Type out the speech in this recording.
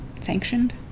Sanctioned